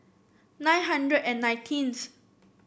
nine hundred and nineteenth